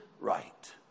right